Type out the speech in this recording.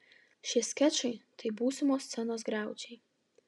šie skečai tai būsimos scenos griaučiai